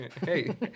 hey